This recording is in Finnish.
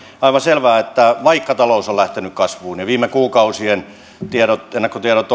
aivan selvää että vaikka talous on lähtenyt kasvuun ja viime kuukausien ennakkotiedot